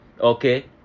Okay